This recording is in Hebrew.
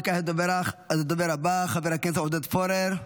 וכעת הדובר הבא, חבר הכנסת עודד פורר,